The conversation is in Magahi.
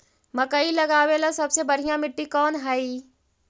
मकई लगावेला सबसे बढ़िया मिट्टी कौन हैइ?